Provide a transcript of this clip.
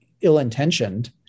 ill-intentioned